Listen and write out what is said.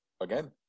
Again